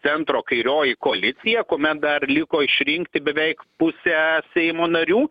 centro kairioji koalicija kuomet dar liko išrinkti beveik pusę seimo narių